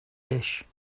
dish